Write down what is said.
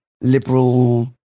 liberal